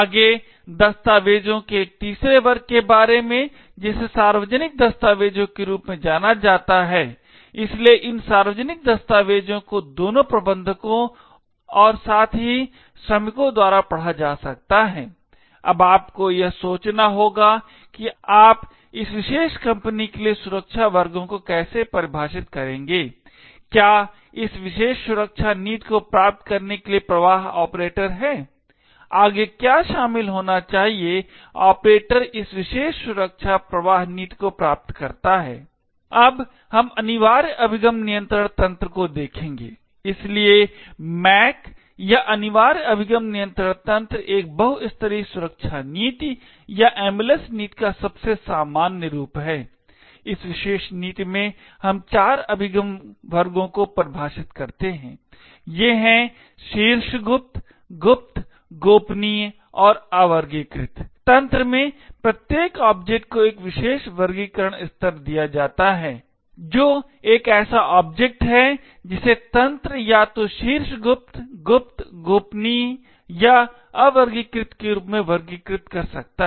आगे दस्तावेजों के एक तीसरे वर्ग के बारे में जिसे सार्वजनिक दस्तावेजों के रूप में जाना जाता है इसलिए इन सार्वजनिक दस्तावेजों को दोनों प्रबंधकों और साथ ही श्रमिकों द्वारा पढ़ा जा सकता है अब आपको यह सोचना होगा कि आप इस विशेष कंपनी के लिए सुरक्षा वर्गों को कैसे परिभाषित करेंगे क्या इस विशेष सुरक्षा नीति को प्राप्त करने के लिए प्रवाह ऑपरेटर है आगे क्या शामिल होना चाहिए ऑपरेटर इस विशेष सुरक्षा प्रवाह नीति को प्राप्त करता है अब हम अनिवार्य अभिगम नियंत्रण तंत्र को देखेंगे इसलिए MAC या अनिवार्य अभिगम नियंत्रण तंत्र एक बहु स्तरीय सुरक्षा नीति या MLS नीति का सबसे सामान्य रूप है इस विशेष नीति में हम चार अभिगम वर्गों को परिभाषित करते हैं ये हैं शीर्ष गुप्त गुप्त गोपनीय और अवर्गीकृत तंत्र में प्रत्येक ऑब्जेक्ट को एक विशेष वर्गीकरण स्तर दिया जाता है जो एक ऐसा ऑब्जेक्ट है जिसे तंत्र या तो शीर्ष गुप्त गुप्त गोपनीय या अवर्गीकृत के रूप में वर्गीकृत कर सकता है